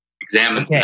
examine